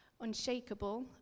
unshakable